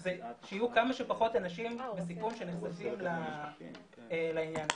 זה שיהיו כמה שפחות אנשים בסיכון שנחשפים לעניין הזה.